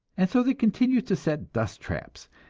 and so they continue to set dust traps,